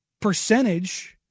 percentage